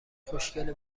خوشگله